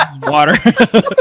water